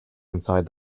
inside